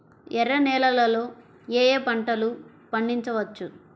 ఎర్ర నేలలలో ఏయే పంటలు పండించవచ్చు?